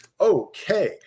Okay